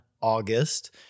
August